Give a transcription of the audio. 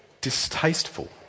distasteful